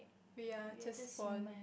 we are just born